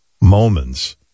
moments